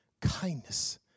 kindness